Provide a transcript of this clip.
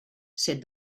said